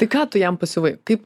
tai ką tu jam pasiuvai kaip